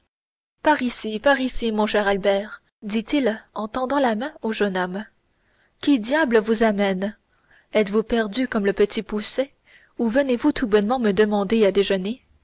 par ici par ici mon cher albert dit-il en tendant la main au jeune homme qui diable vous amène êtes-vous perdu comme le petit poucet ou venez-vous tout bonnement me demander à déjeuner